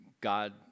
God